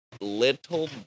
little